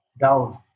down